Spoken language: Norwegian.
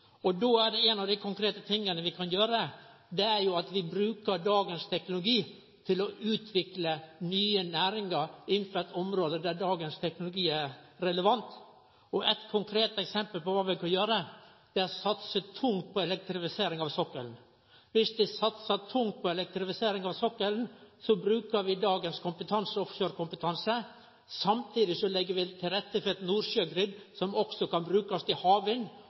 Ein av dei konkrete tinga vi kan gjere, er å bruke dagens teknologi til å utvikle nye næringar innanfor eit område der dagens teknologi er relevant. Eitt konkret eksempel på kva vi kan gjere, er å satse tungt på elektrifisering av sokkelen. Dersom ein satsar tungt på elektrifisering av sokkelen, bruker vi dagens offshorekompetanse, samtidig legg vi til rette for at eit «nordsjø-grid» også kan brukast til havvind. Då byggjer vi brua over til fornybarsamfunnet med dagens teknologi. Dersom vi ikkje begynner på det i